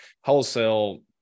wholesale